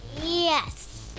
Yes